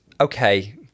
Okay